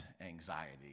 anxiety